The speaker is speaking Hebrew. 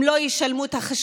הם לא ישלמו את החשמל,